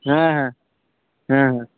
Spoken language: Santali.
ᱦᱮᱸ ᱦᱮᱸ ᱦᱮᱸ ᱦᱮᱸ